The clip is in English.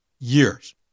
years